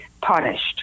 punished